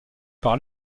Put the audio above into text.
par